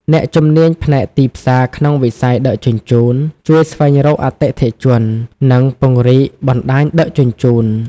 អ្នកជំនាញផ្នែកទីផ្សារក្នុងវិស័យដឹកជញ្ជូន ជួយស្វែងរកអតិថិជន និងពង្រីកបណ្តាញដឹកជញ្ជូន។